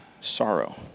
sorrow